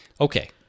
Okay